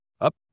Up